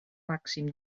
màxim